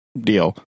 deal